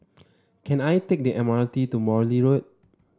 can I take the M R T to Morley Road